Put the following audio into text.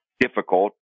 difficult